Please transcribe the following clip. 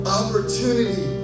opportunity